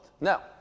Now